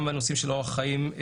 גם בנושאים של אורח חיים,